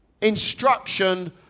instruction